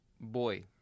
Boy